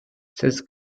ceste